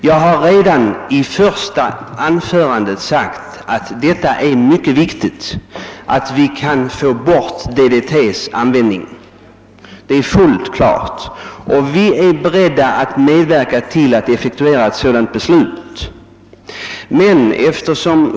Jag har redan i mitt första anförande sagt att det är mycket viktigt att få bort användningen av DDT och att vi är beredda att medverka till att effektuera ett sådant beslut.